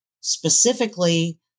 Specifically